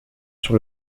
sur